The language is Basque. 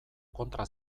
kontra